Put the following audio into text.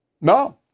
No